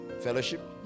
Fellowship